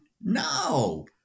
no